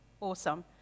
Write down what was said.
awesome